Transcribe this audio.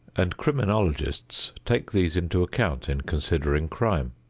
and criminologists take these into account in considering crime,